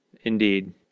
Indeed